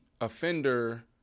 offender